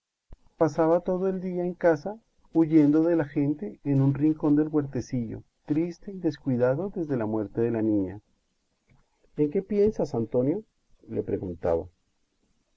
pasaba todo el día en casa huyendo de la gente en un rincón del huertecillo triste y descuidado desde la muerte de la niña en qué piensas antonio le preguntaba